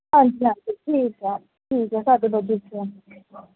ਹਾਂਜੀ ਹਾਂਜੀ ਠੀਕ ਹੈ ਠੀਕ ਹੈ ਸਾਡੇ ਬਜਟ 'ਚ ਹੈ